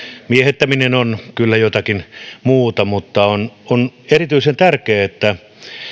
miehittäminen on kyllä jotakin muuta mutta on erityisen tärkeää että